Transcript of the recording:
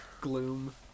Gloom